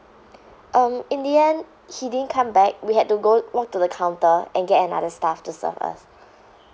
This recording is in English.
um in the end he didn't come back we had to go walk to the counter and get another staff to serve us